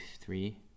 three